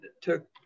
took